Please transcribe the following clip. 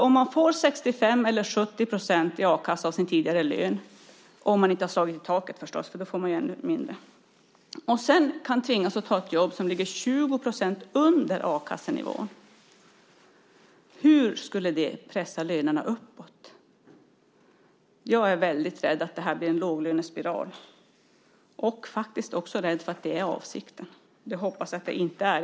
Om man får 65 % eller 70 % av sin tidigare lön i a-kassa - om man nu inte har slagit i taket förstås, för då får man ännu mindre - och sedan kan tvingas ta ett jobb vars lön ligger 20 % under a-kassenivån, hur skulle det kunna pressa lönerna uppåt? Jag är väldigt rädd att detta blir en låglönespiral. Jag är faktiskt också rädd att det är avsikten. Jag hoppas att det inte är det.